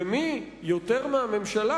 ומי יותר מהממשלה